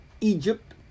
Egypt